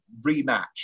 rematch